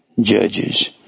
Judges